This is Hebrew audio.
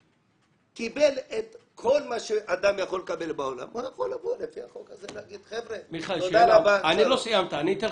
קיבל את כל מה שהאדם יכול לקבל והוא יכול להגיד להם תודה רבה שלום.